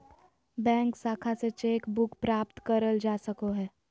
bank शाखा से cheque book प्राप्त करल जा सको हय